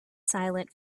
silent